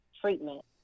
treatment